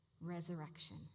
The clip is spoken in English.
resurrection